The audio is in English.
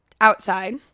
outside